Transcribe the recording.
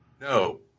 No